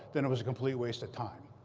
then it was a complete waste of time.